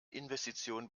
investition